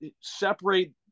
separate